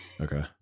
Okay